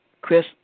Chris